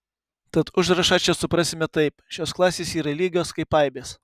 tad užrašą čia suprasime taip šios klasės yra lygios kaip aibės